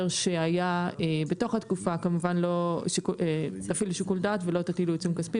שהיה בתוך התקופה כמובן תפעיל שיקול דעת ולא תטיל עיצום כספי